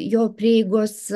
jo prieigos